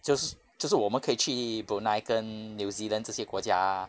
就就是我们可以去 brunei 跟 new zealand 这些国家